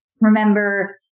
remember